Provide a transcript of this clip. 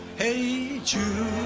hey jude,